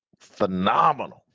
phenomenal